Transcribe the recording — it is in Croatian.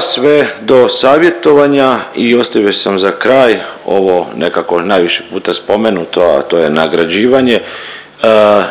sve do savjetovanja i ostavio sam za kraj ovo nekako najviše puta spomenuto, a to je nagrađivanje